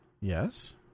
Yes